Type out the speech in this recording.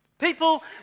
People